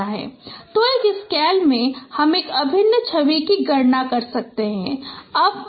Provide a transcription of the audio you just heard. तो एक स्कैन में हम एक अभिन्न छवि की गणना कर सकते हैं